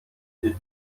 dzieci